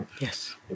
Yes